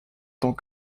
tant